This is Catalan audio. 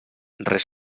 res